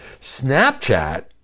Snapchat